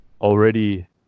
already